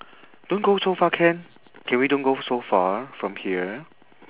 don't go too far can can we don't go so far from here